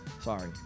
Sorry